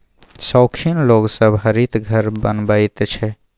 शौखीन लोग सब हरित घर बनबैत छै